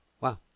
Wow